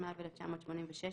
התשמ"ו-1986 - בטל.